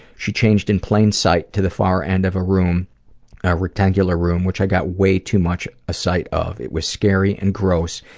she changed in plain sight to the far end of a room a rectangular room, which i got way too much a sight of. it was scary and gross,